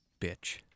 bitch